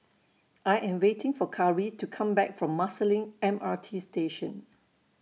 I Am waiting For Kari to Come Back from Marsiling M R T Station